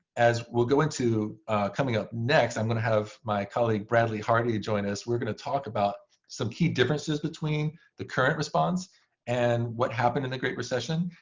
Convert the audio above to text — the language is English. as we're going to coming up next i'm going to have my colleague bradley hardy join us we're going to talk about some key differences between the current response and what happened in the great recession.